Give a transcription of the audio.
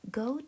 go